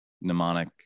mnemonic